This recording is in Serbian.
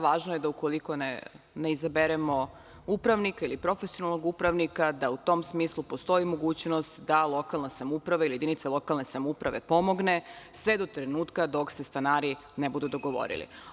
Važno je da ukoliko ne izaberemo upravnika ili profesionalnog upravnika, da u tom smislu postoji mogućnost da lokalna samouprava ili jedinice lokalne samouprave pomognu sve do trenutka dok se stanari ne budu dogovorili.